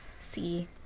See